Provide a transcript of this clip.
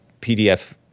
PDF